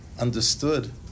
understood